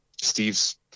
steve's